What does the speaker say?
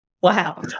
Wow